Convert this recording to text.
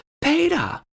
Peter